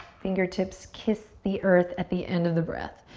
fingertips kiss the earth at the end of the breath.